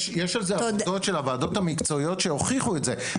יש על זה עבודות של הוועדות המקצועיות שהוכיחו את זה.